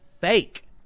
fake